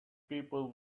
people